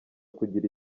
kugira